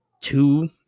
two